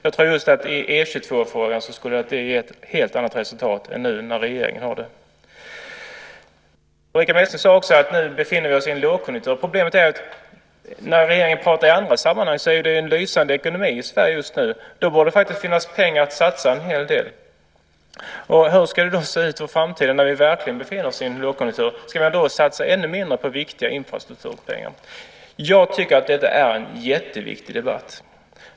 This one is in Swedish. I E 22-frågan skulle det ge ett helt annat resultat än när regeringen har det. Ulrica Messing sade att vi befinner oss i en lågkonjunktur. Problemet är att när regeringen pratar i andra sammanhang är det en lysande ekonomi i Sverige just nu. Då borde det faktiskt finnas en hel del pengar att satsa. Hur ska det se ut i framtiden när vi verkligen befinner oss i en lågkonjunktur? Ska man då satsa ännu mindre på viktiga infrastrukturåtgärder? Jag tycker att detta är en jätteviktig debatt.